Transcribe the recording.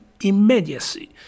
immediacy